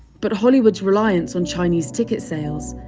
but hollywood's reliance on chinese ticket sales,